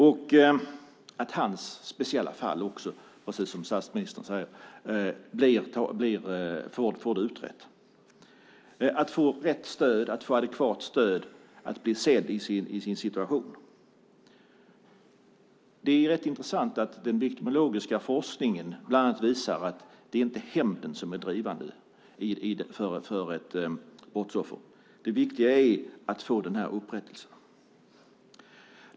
Brottsoffrets speciella fall, precis som statsministern sade, ska bli utrett. Det handlar om att få rätt stöd, adekvat stöd och bli sedd i sin situation. Det är intressant att den viktimologiska forskningen visar att det inte är hämnden som är drivande för ett brottsoffer. Det viktiga är att få upprättelse.